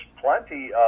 plenty